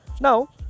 Now